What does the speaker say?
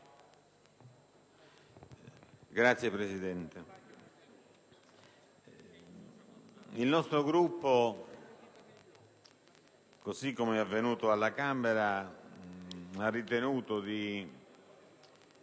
Signora Presidente, il nostro Gruppo, così come è avvenuto alla Camera, ha ritenuto di